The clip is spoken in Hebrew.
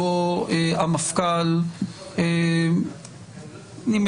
טוב, בואי נסכם שאני לא